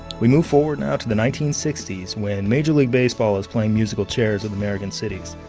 we move forward now to the nineteen sixty s, when major league baseball is playing musical chairs with american cities.